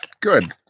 good